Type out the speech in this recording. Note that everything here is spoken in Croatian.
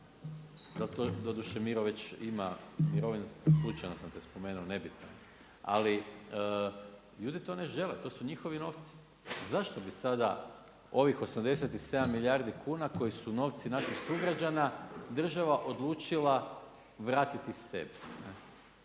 Doduše Miro već ima mirovinu, slučajno sam te spomenuo, nebitno. Ali ljudi to ne žele, to su njihovi novci. Zašto bi sada ovih 87 milijardi kuna koji su novci naših sugrađana država odlučila vratiti sebi?